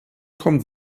kommt